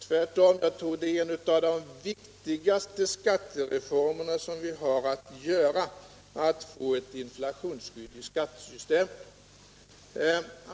Tvärtom, jag tror att det är en av de viktigaste skattereformerna vi har att genomföra, att få ett inflationsskydd i skattesystemet.